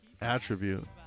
attribute